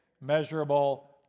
measurable